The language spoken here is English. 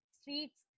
streets